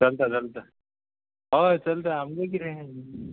चलता चलता हय चलता आमगे कितें